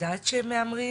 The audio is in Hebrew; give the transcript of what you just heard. ואני יודעת שהם מהמרים.